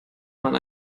man